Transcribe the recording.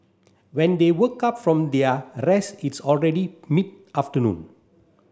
when they woke up from their rest it's already mid afternoon